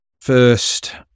first